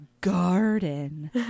garden